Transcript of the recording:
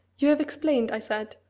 you have explained, i said,